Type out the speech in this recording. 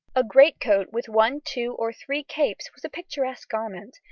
a greatcoat with one, two, or three capes was a picturesque garment,